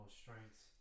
strengths